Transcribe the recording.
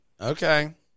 Okay